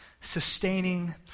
sustaining